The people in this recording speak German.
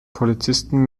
polizisten